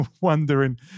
wondering